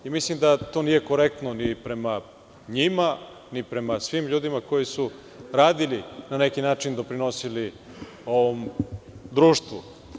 Mislim da to nije korektno prema njima, ni prema svim ljudima koji su radili, na neki način, doprinosili ovom društvu.